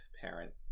parent